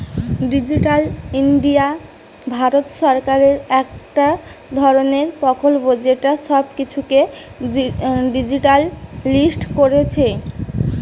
digital India Bharat সরকারের একটা ধরণের প্রকল্প যেটা সব কিছুকে ডিজিটালিসড কোরছে